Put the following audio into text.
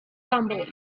rumbling